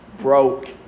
broke